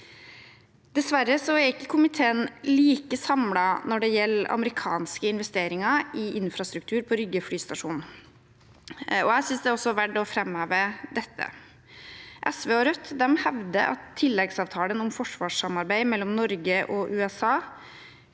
Dessverre er ikke komiteen like samlet når det gjelder amerikanske investeringer i infrastruktur på Rygge flystasjon. Jeg synes det er verdt å framheve dette. SV og Rødt hevder at tilleggsavtalen om forsvarssamarbeid mellom Norge og USA